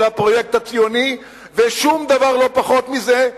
הפרויקט הציוני ושום דבר לא פחות מזה,